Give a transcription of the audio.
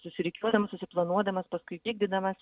susirikiuodams susiplanuodamas paskui vykdydamas